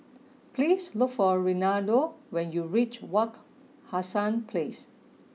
please look for Renaldo when you reach Wak Hassan Place